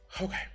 Okay